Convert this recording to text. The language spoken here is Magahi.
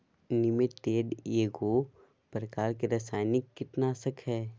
निमेंटीड एगो प्रकार के रासायनिक कीटनाशक हइ